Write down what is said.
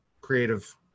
creative